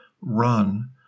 run